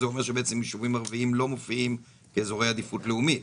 זה אומר שבעצם יישובים ערביים לא מופיעים כאזורי עדיפות לאומית,